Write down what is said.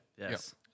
Yes